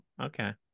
Okay